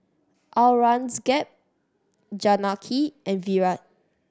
Aurangzeb Janaki and Virat